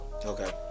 Okay